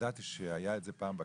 ידעתי שהיה את זה פעם בכנסת,